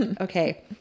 Okay